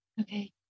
Okay